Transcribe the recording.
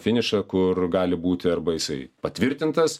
finišą kur gali būti arba jisai patvirtintas